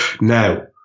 now